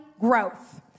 growth